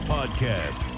Podcast